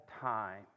time